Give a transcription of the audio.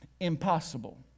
Impossible